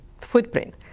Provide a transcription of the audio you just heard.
footprint